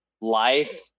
life